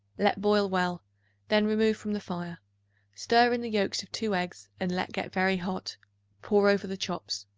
let boil well then remove from the fire stir in the yolks of two eggs, and let get very hot pour over the chops.